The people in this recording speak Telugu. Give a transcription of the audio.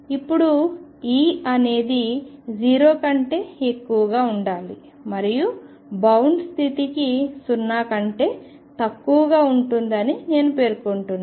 ఇప్పుడు E అనేది 0 కంటే ఎక్కువగా ఉండాలి మరియు బౌండ్ స్థితికి 0 కంటే తక్కువగా ఉంటుందని నేను పేర్కొంటున్నాను